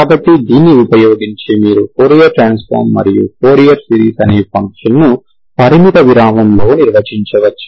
కాబట్టి దీన్ని ఉపయోగించి మీరు ఫోరియర్ ట్రాన్స్ఫార్మ్ మరియు ఫోరియర్ సిరీస్ అనే ఫంక్షన్ను పరిమిత విరామంలో నిర్వచించవచ్చు